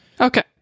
okay